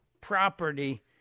property